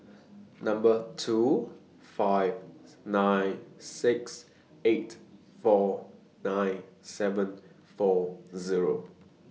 Number two five nine six eight four nine seven four Zero